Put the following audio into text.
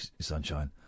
sunshine